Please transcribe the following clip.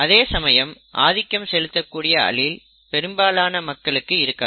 அதே சமயம் ஆதிக்கம் செலுத்தக்கூடிய அலீல் பெரும்பாலான மக்களுக்கு இருக்காது